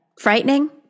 Frightening